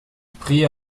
prit